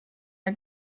der